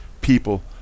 people